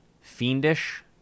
Fiendish